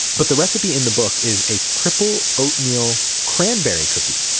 but the recipe in the book is a triple oatmeal cranberry cookie,